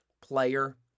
player